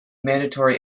mandatory